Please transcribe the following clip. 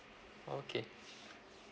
okay